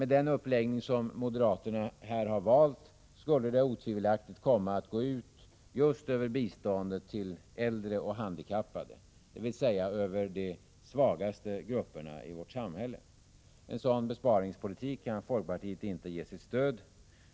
Den uppläggning som moderaterna här har valt skulle otvivelaktigt komma att gå ut just över biståndet till äldre och handikappade, dvs. de svagaste grupperna i vårt samhälle. En sådan besparingspolitik kan folkpartiet inte ge sitt stöd.